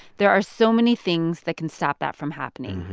there are so many things that can stop that from happening.